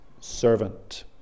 servant